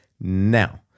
Now